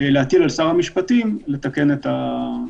להטיל על שר המשפטים לתקן את החוק.